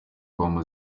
hamwe